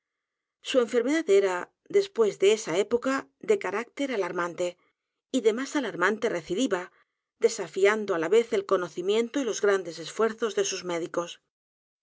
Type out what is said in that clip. su enfermedad era después de esa época de carácter alarmante y de más alarmante recidiva desafiando á la vez el conocimiento y los grandes esfuerzos de sus médicos